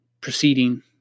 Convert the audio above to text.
proceeding